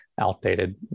outdated